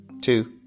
two